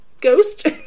ghost